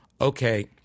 okay